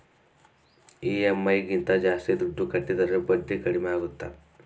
EMI ಗಿಂತ ಜಾಸ್ತಿ ದುಡ್ಡು ಕಟ್ಟಿದರೆ ಬಡ್ಡಿ ಕಡಿಮೆ ಆಗುತ್ತಾ?